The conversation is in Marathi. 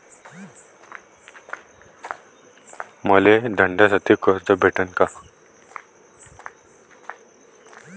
मले धंद्यासाठी कर्ज भेटन का?